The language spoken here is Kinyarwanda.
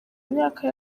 myaka